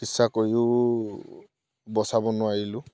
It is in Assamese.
চিকিৎসা কৰিও বচাব নোৱাৰিলোঁ